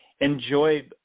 enjoy